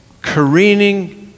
careening